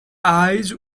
eyes